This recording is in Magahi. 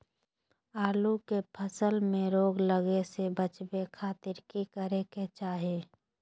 आलू के फसल में रोग लगे से बचावे खातिर की करे के चाही?